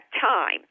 time